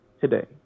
today